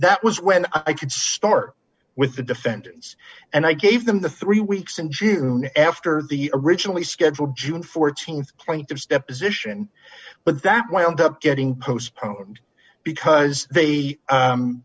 that was when i could start with the defendants and i gave them the three weeks in june after the originally scheduled june th plaintiff's deposition but that wound up getting postponed because they